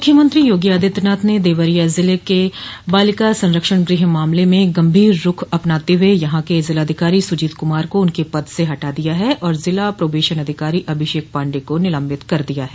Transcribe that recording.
मुख्यमंत्री योगी आदित्यनाथ ने देवरिया के बालिका संरक्षण गूह मामले में गंभीर रूख अपनाते हुए यहां के जिलाधिकारी सुजीत कुमार को उनके पद से हटा दिया है और जिला प्रोबेशन अधिकारी अभिषेक पाण्डेय को निलम्बित कर दिया है